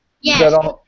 Yes